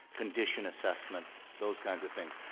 condition assessments, those kinds of things.